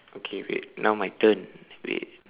okay wait now my turn wait